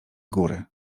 góry